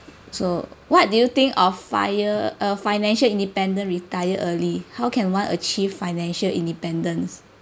so what do you think of fire a financial independent retire early how can one achieve financial independence